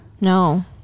no